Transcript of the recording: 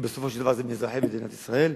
ובסופו של דבר זה מאזרחי מדינת ישראל,